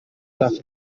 tuff